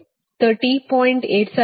8786 degree ಆದ್ದರಿಂದ ಈ ಭಾಗ 36